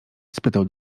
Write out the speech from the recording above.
spytał